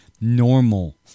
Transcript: normal